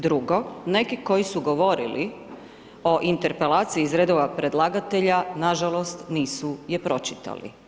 Drugo, neki koji su govorili o interpelaciji iz redova predlagatelja, nažalost, nisu je pročitali.